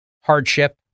hardship